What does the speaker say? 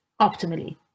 optimally